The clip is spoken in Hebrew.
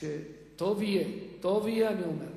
שטוב יהיה, טוב יהיה, אני אומר,